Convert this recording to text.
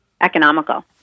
economical